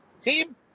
team